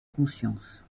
conscience